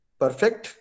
perfect